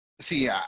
See